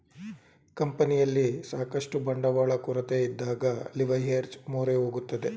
ಕಂಪನಿಯಲ್ಲಿ ಸಾಕಷ್ಟು ಬಂಡವಾಳ ಕೊರತೆಯಿದ್ದಾಗ ಲಿವರ್ಏಜ್ ಮೊರೆ ಹೋಗುತ್ತದೆ